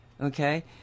Okay